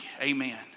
Amen